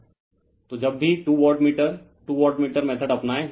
refer slide time 0235 तो जब भी two wattmeter two wattmeter method अपनाएं